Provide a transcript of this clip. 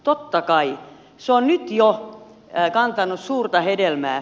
totta kai on se on nyt jo kantanut suurta hedelmää